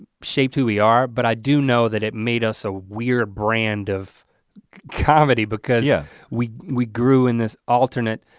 shaped who we are, but i do know that it made us a weird brand of comedy because, yeah. we we grew in this alternate